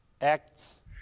acts